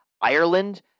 Ireland